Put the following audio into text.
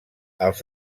els